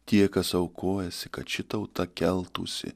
tie kas aukojasi kad ši tauta keltųsi